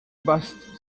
bust